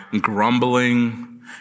grumbling